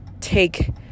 take